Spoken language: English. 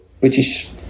British